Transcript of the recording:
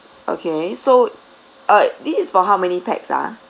okay so uh this is for how many pax ah